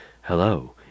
Hello